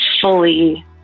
fully